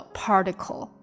particle